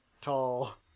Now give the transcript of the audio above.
tall